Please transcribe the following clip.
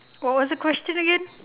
what was the question again